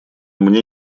мне